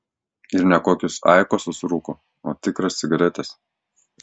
ir ne kokius aikosus rūko o tikras cigaretes